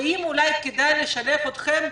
אולי כדאי לשלב אתכם,